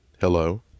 Hello